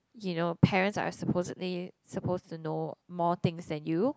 you know parents are supposedly supposed to know more things than you